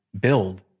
build